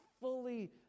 fully